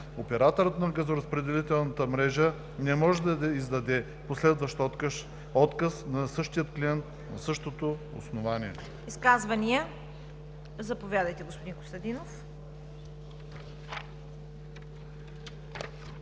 Операторът на газоразпределителната мрежа не може да издаде последващ отказ на същия клиент на същото основание.“